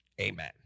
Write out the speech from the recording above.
Amen